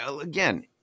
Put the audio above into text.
again